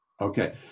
Okay